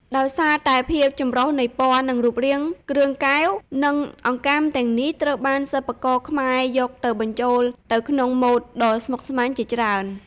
ដោយសារតែភាពចម្រុះនៃពណ៌ និងរូបរាង គ្រឿងកែវ និងអង្កាំទាំងនេះត្រូវបានសិប្បករខ្មែរយកទៅបញ្ចូលទៅក្នុងម៉ូដដ៏ស្មុគស្មាញជាច្រើន។